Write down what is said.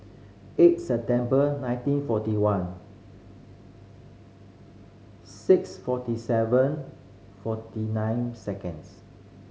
eight September nineteen forty one six forty seven forty nine seconds